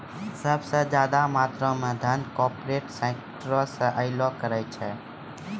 सभ से ज्यादा मात्रा मे धन कार्पोरेटे सेक्टरो से अयलो करे छै